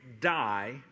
die